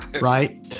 Right